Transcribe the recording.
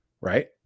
Right